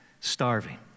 starving